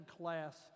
class